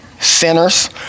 Sinners